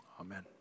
amen